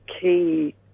key